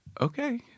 okay